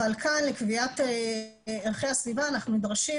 אבל כאן לקביעת ערכי הסביבה אנחנו נדרשים